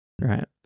Right